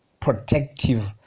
protective